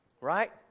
right